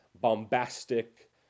bombastic